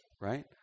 right